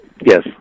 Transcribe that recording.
Yes